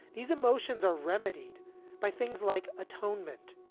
these emotions are remedied by things like atonement,